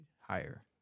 Higher